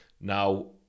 Now